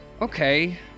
Okay